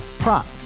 Prop